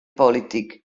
politiek